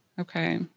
Okay